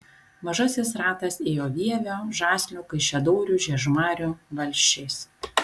mažasis ratas ėjo vievio žaslių kaišiadorių žiežmarių valsčiais